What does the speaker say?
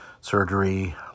surgery